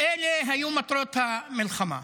אלה היו מטרות המלחמה.